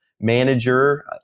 manager